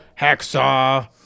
hacksaw